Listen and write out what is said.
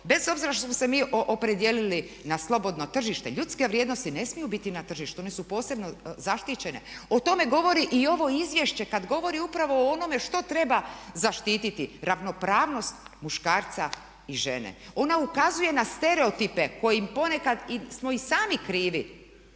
bez obzira što smo se mi opredijelili na slobodno tržište ljudske vrijednosti ne smiju biti na tržištu one su posebno zaštićene. O tome govori i ovo izvješće kad govori upravo o onome što treba zaštiti ravnopravnost muškarca i žene. Ona ukazuje na stereotipe kojih ponekad smo i sami krivi